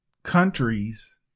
Countries